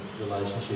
relationship